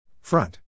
Front